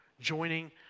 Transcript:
joining